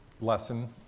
lesson